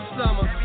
summer